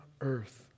earth